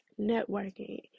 networking